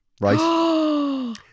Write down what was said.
right